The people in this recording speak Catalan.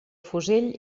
fusell